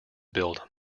build